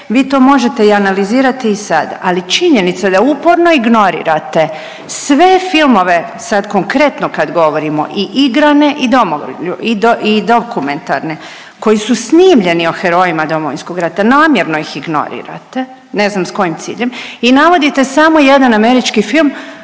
vi to možete i analizirati i sada, ali činjenica da uporno ignorirate sve filmove sad konkretno kad govorimo i igrane i dokumentarni koji su snimljeni o herojima Domovinskog rata namjerno ih ignorirate, ne znam s kojim ciljem, i navodite samo jedan američki film